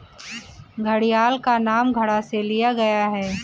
घड़ियाल का नाम घड़ा से लिया गया है